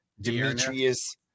Demetrius